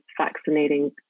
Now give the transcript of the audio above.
vaccinating